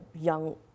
young